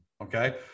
okay